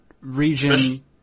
region –